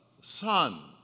Son